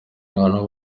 abantu